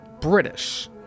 British